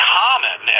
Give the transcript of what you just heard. common